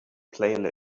playlist